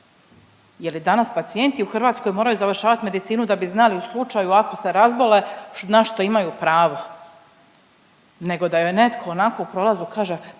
Je li danas pacijenti u Hrvatskoj moraju završavati Medicinu da bi znali u slučaju ako se razbole ne što imaju pravo, nego da joj netko onako u prolazu kaže